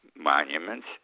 monuments